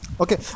Okay